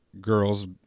girls